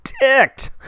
ticked